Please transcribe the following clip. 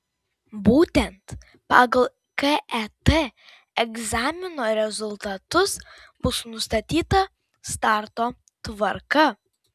būtent pagal ket egzamino rezultatus bus nustatyta starto tvarka